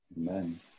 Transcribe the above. Amen